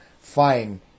fine